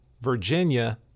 Virginia